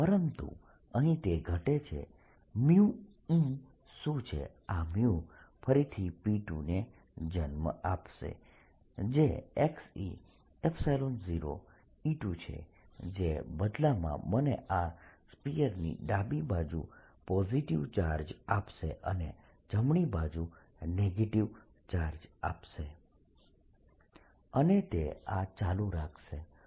પરંતુ અહીં તે ઘટે છે μE શું છે આ ફરીથી P2 ને જન્મ આપશે જે e0E2 છે જે બદલામાં મને આ સ્ફીયરની ડાબી બાજુ પોઝિટીવ ચાર્જ આપશે અને જમણી બાજુ નેગેટીવ ચાર્જ આપશે અને તે આ ચાલુ રાખશે